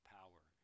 power